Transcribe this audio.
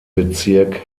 bezirk